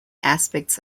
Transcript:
aspects